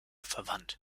verwandt